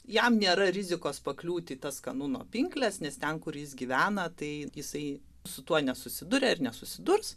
jam nėra rizikos pakliūti į tas kanuno pinkles nes ten kur jis gyvena tai jisai su tuo nesusiduria ir nesusidurs